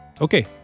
Okay